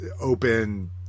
open